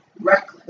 reckless